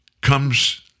comes